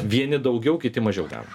vieni daugiau kiti mažiau gražų